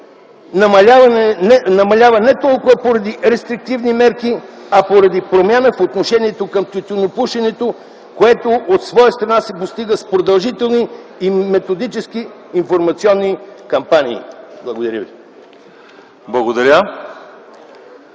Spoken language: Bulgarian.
намалява не толкова поради рестриктивни мерки, а поради промяна в отношението към тютюнопушенето, което от своя страна се постига с продължителни и методически информационни кампании. Благодаря Ви. (Реплика